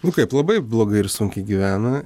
nu kaip labai blogai ir sunkiai gyvena